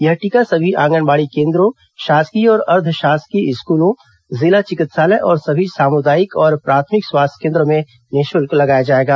यह टीका सभी आंगनबाड़ी केन्द्रों शासकीय और अर्द्वशासकीय स्कूलों जिला चिकित्सालय और सभी सामुदायिक और प्राथमिक स्वास्थ्य केन्द्रों में निःशुल्क लगाया जाएगा